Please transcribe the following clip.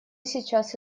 сейчас